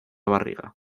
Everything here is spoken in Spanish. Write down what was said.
barriga